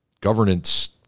governance